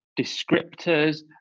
descriptors